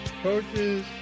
coaches